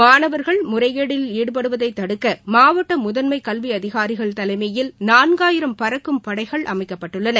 மாணவர்கள் முறைகேடுகளில் ஈடுபடுவதை தடுக்க மாவட்ட முதன்மை கல்வி அதிகாரிகள் தலைமையில் நான்காயிரம் பறக்கும் படைகள் அமைக்கப்பட்டுள்ளன